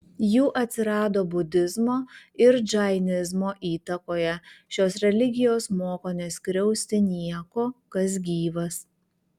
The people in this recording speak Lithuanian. jų atsirado budizmo ir džainizmo įtakoje šios religijos moko neskriausti nieko kas gyvas